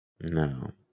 No